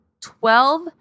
Twelve